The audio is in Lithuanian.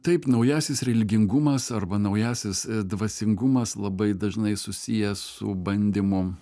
taip naujasis religingumas arba naujasis dvasingumas labai dažnai susijęs su bandymu